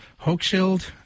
Hochschild